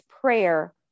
prayer